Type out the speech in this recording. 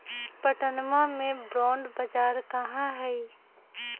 पटनवा में बॉण्ड बाजार कहाँ हई?